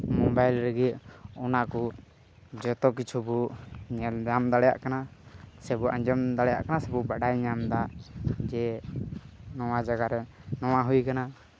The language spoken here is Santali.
ᱢᱳᱵᱟᱭᱤᱞ ᱨᱮᱜᱮ ᱚᱱᱟ ᱠᱚ ᱡᱚᱛᱚ ᱠᱤᱪᱷᱩ ᱵᱚ ᱧᱮᱞ ᱧᱟᱢ ᱫᱟᱲᱮᱭᱟᱜ ᱠᱟᱱᱟ ᱥᱮᱵᱚ ᱟᱸᱡᱚᱢ ᱫᱟᱲᱮᱭᱟᱜ ᱠᱟᱱᱟ ᱥᱮᱵᱚ ᱵᱟᱰᱟᱭ ᱧᱟᱢ ᱮᱫᱟ ᱡᱮ ᱱᱚᱣᱟ ᱡᱟᱭᱜᱟ ᱨᱮ ᱱᱚᱣᱟ ᱦᱩᱭ ᱟᱠᱟᱱᱟ